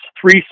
three